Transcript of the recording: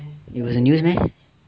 it was in the news meh